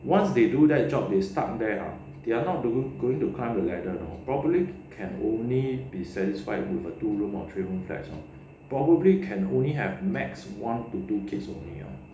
once they do that job they stuck there ah they are not going to climb the ladder probably can only be satisfied with a two room or three room flats lor probably can only have max one to two kids only lor